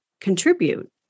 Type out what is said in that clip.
contribute